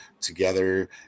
together